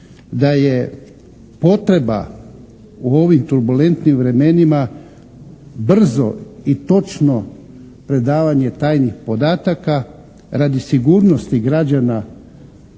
da je potreba u ovim turbolentnim vremenima brzo i točno predavanje tajnih podataka radi sigurnosti građana